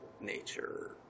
nature